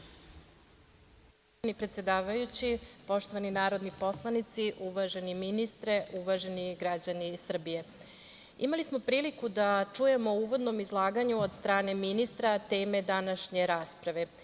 Zahvaljujem predsedavajući, poštovani narodni poslanici, uvaženi ministre, uvaženi građani Srbije, imali smo priliku da čujemo u uvodnom izlaganju od strane ministra teme današnje rasprave.